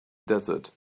desert